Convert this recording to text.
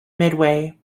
midway